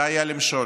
זה היה למשול.